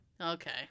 Okay